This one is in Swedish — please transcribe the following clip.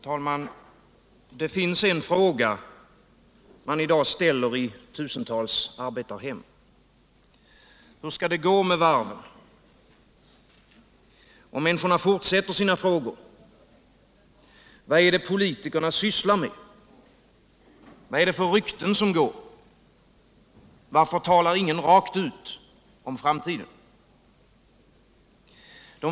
Herr talman! Det finns en fråga man i dag ställer i tusentals arbetarhem: Hur skall det gå med varven? Och människorna fortsätter att fråga: Vad är det politikerna sysslar med? Vad är det för rykten som går? Varför talar ingen rakt ut om framtiden?